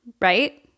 right